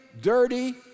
dirty